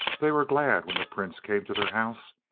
they were glad when the prince came to their house,